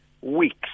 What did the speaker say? weeks